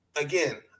again